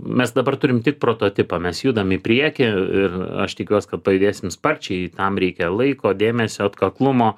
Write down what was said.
mes dabar turim tik prototipą mes judam į priekį ir aš tikiuos kad pajudėsim sparčiai tam reikia laiko dėmesio atkaklumo